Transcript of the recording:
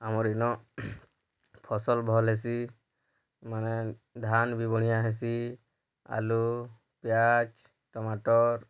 ଆମର ଏନ ଫସଲ ଭଲ ହେସି ମାନେ ଧାନ ବି ବଢ଼ିଆ ହେସି ଆଲୁ ପିଆଜ୍ ଟମାଟର୍